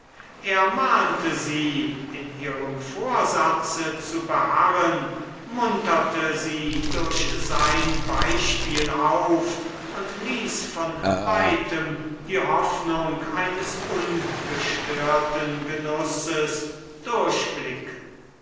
er ermahnte sie in ihrem vorsatze zu beharren munterte sie durch sein beispiel auf und ließ von weitem die hoffnung eines ungestörten genusses durchblicken